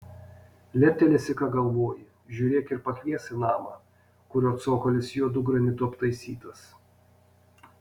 leptelėsi ką galvoji žiūrėk ir pakvies į namą kurio cokolis juodu granitu aptaisytas